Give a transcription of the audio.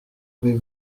avez